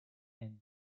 and